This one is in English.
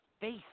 face